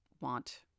want